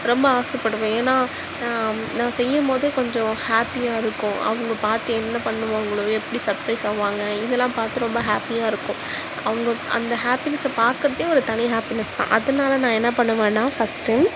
ரொம்ப ஆசைபடுவேன் ஏனால் நா செய்யும்போதே கொஞ்சம் ஹாப்பியாக இருக்கும் அவங்க பார்த்து என்ன பண்ணுவாங்களோ எப்படி சப்ரைஸ் ஆவாங்க இதெலாம் பார்த்து ரொம்ப ஹாப்பியாக இருக்கும் அவங்க அந்த ஹாப்பினஸை பார்க்கறதே ஒரு தனி ஹாப்பினஸ்தான் அதனால நான் என்ன பண்ணுவேனா ஃபஸ்ட்டு